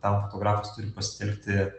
tam fotografas turi pasitelkti